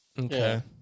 Okay